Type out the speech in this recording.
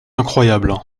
incroyables